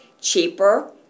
cheaper